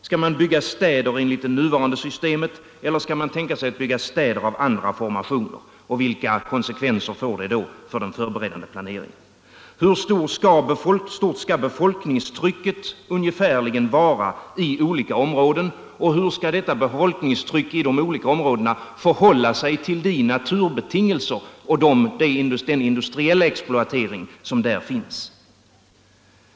Skall man bygga städer enligt det nuvarande systemet eller skall man bygga städer av andra formationer? Vilka konsekvenser får då det för den förberedande planeringen? Ungefär hur stort skall befolkningstrycket vara i olika områden, och hur skall befolkningstrycket i de olika områdena förhålla sig till de naturbetingelser och den industriella exploatering som där finns?